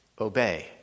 obey